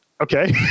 Okay